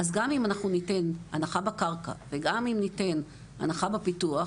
אז גם אם ניתן הנחה בקרקע וגם אם ניתן הנחה בפיתוח,